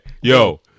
Yo